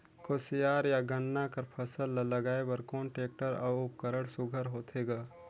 कोशियार या गन्ना कर फसल ल लगाय बर कोन टेक्टर अउ उपकरण सुघ्घर होथे ग?